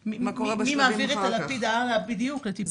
מי מעביר את הלפיד הלאה לטיפול?